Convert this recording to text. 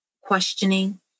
questioning